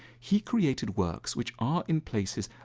he created works which are in places.